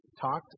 talked